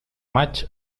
maig